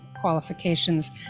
qualifications